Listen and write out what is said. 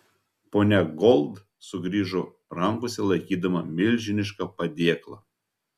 ponia gold sugrįžo rankose laikydama milžinišką padėklą